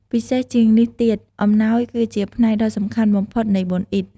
ពិសេសជាងនេះទៀត អំណោយគឺជាផ្នែកដ៏សំខាន់បំផុត នៃបុណ្យអ៊ីឌ។